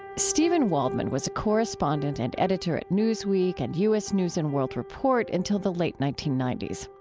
steven waldman was a correspondent and editor at newsweek and u s. news and world report until the late nineteen ninety s.